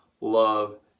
love